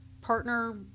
partner